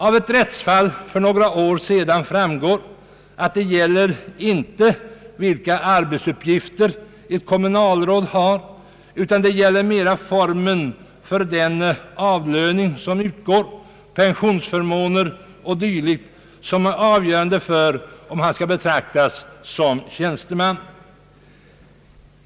Av ett rättsfall för några år sedan framgår att det inte är de arbetsuppgifter ett kommunalråd har utan mera formen för den avlöning som utgår samt pensionsförmåner o. d. som är avgörande för om han skall betraktas såsom tjänsteman.